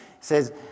says